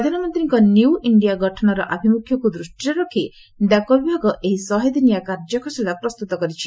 ପ୍ରଧାନମନ୍ତ୍ରୀ new India ଗଠନର ଆଭିମୁଖ୍ୟକୁ ଦୃଷ୍ଟିରେ ଡାକ ବିଭାଗ ଏହି ଶହେ ଦିନିଆ କାର୍ଯ୍ୟ ଖସଡ଼ା ପ୍ରସ୍ତୁତ କରିଛି